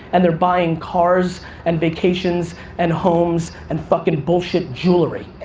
and they're buying cars and vacations and homes and fucking bullshit jewelry.